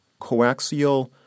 coaxial